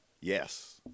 Yes